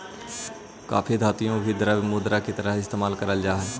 काफी धातुओं को भी द्रव्य मुद्रा की तरह इस्तेमाल करल जा हई